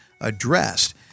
addressed